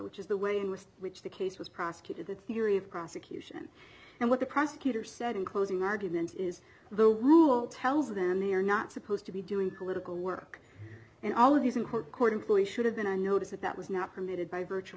which is the way with which the case was prosecuted the theory of prosecution and what the prosecutor said in closing argument is the rule tells them you're not supposed to be doing political work and all of these in court court employee should have been and you know it is that that was not permitted by virtue